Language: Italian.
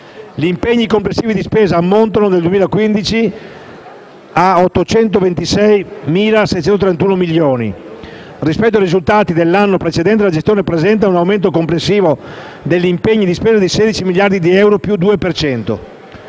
gli impegni complessivi di spesa ammontano a 826.631 milioni di euro. Rispetto ai risultati dell'anno precedente, la gestione presenta un aumento complessivo degli impegni di spesa di 16 miliardi di euro (più 2